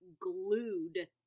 glued